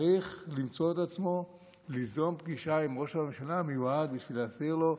צריך למצוא את עצמו יוזם פגישה עם ראש הממשלה המיועד בשביל להסביר לו: